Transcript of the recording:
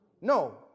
No